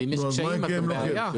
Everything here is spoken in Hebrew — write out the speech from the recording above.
אם יש קשיים אז זאת בעיה.